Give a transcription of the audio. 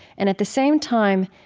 and, at the same time,